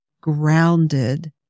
grounded